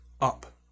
up